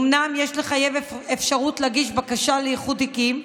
אומנם אין לחייב אפשרות להגיש בקשה לאיחוד תיקים,